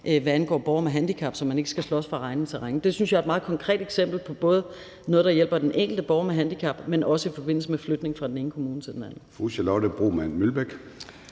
hvad angår borgere med handicap, så de ikke skal slås fra regning til regning? Det synes jeg er et meget konkret eksempel på noget, der både hjælper den enkelte borger med handicap, men også hjælper i forbindelse med flytning fra den ene kommune til den anden.